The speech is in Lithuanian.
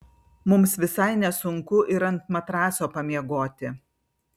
mums visai nesunku ir ant matraso pamiegoti